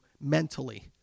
mentally